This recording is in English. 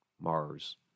mars